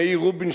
מאיר רובינשטיין,